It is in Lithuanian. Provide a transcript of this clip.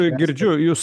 girdžiu jus